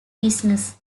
business